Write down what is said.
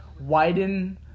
Widen